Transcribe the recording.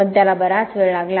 पण त्याला बराच वेळ लागला